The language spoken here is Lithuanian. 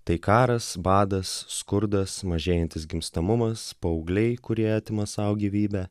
tai karas badas skurdas mažėjantis gimstamumas paaugliai kurie atima sau gyvybę